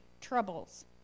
troubles